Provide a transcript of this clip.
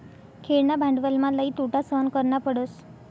खेळणा भांडवलमा लई तोटा सहन करना पडस